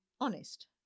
honest